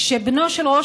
כשבנו של ראש